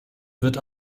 wird